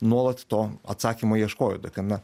nuolat to atsakymo ieškojo tokiam na